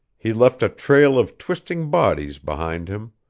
he left a trail of twisting bodies behind him.